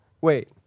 Wait